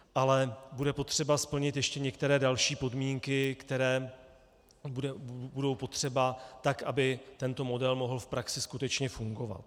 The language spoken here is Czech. Ale bude potřeba splnit ještě některé další podmínky, které budou potřeba, tak aby tento model mohl v praxi skutečně fungovat.